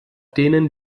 denen